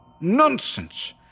Nonsense